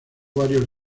varios